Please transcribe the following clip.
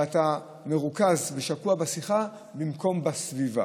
ואתה מרוכז ושקוע בשיחה במקום בסביבה,